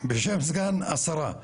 בשם סגן השרה,